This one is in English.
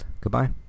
Goodbye